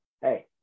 Hey